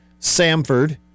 Samford